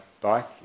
bike